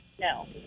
No